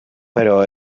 però